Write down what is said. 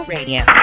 Radio